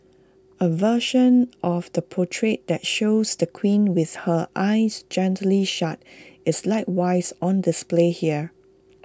A version of the portrait that shows the queen with her eyes gently shut is likewise on display here